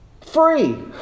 Free